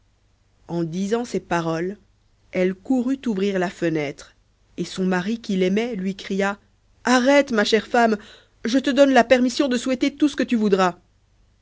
en disant ces paroles elle courut ouvrir la fenêtre et son mari qui l'aimait lui cria arrête ma chère femme je te donne la permission de souhaiter tout ce que tu voudras